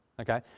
Okay